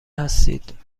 هستید